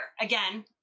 again